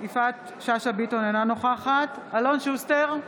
אינה נוכחת אלון שוסטר,